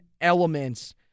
elements